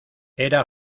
era